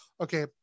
okay